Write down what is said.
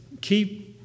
keep